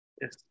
Yes